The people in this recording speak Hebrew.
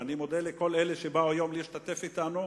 ואני מודה לכל אלה שבאו היום להשתתף אתנו,